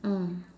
mm